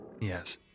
yes